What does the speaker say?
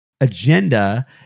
agenda